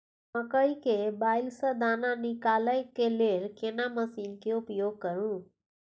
मकई के बाईल स दाना निकालय के लेल केना मसीन के उपयोग करू?